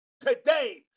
today